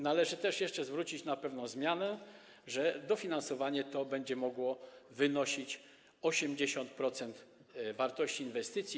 Należy też jeszcze zwrócić uwagę na pewną zmianę, że dofinansowanie to będzie mogło wynosić 80% wartości inwestycji.